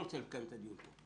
אני לא רוצה לקיים את הדיון פה.